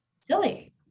silly